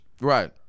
Right